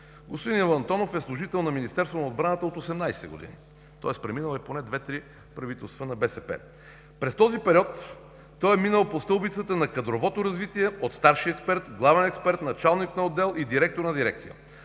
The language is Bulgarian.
Господин Иво Антонов е служител на Министерството на отбраната от 18 години. Тоест преминал е поне две-три правителства на БСП. През този период е минал по стълбицата на кадровото развитие от старши експерт, главен експерт, началник на отдел и директор на дирекция.